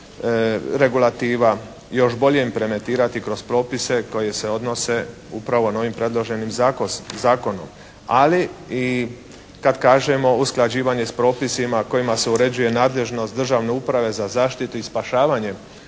regulativa još bolje implementirati kroz propise koji se odnose upravo ovim predloženim zakonom. Ali i kad kažemo usklađivanje sa propisima kojima se uređuje nadležnost Državne uprave za zaštitu i spašavanje